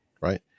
right